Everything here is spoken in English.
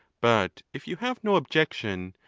but if you have no objection,